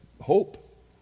hope